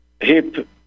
hip